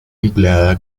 empleada